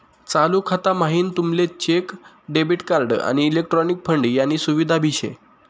चालू खाता म्हाईन तुमले चेक, डेबिट कार्ड, आणि इलेक्ट्रॉनिक फंड यानी सुविधा भी शे